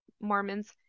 Mormons